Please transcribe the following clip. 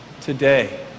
Today